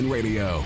Radio